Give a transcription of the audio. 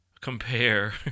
compare